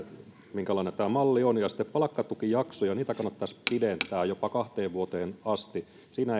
minkälainen tämä malli on sitten palkkatukijaksoja kannattaisi pidentää jopa kahteen vuoteen asti siinä